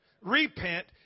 Repent